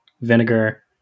vinegar